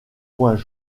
points